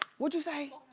what'd you say?